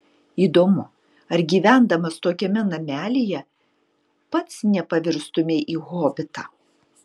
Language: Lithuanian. įdomu ar gyvendamas tokiame namelyje pats nepavirstumei į hobitą